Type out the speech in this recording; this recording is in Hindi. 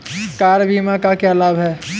कार बीमा का क्या लाभ है?